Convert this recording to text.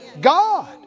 God